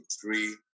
three